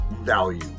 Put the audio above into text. value